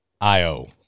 I-O